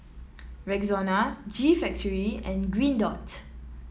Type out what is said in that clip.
Rexona G Factory and Green Dot